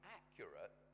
accurate